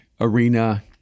arena